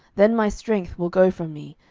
then my strength will go from me,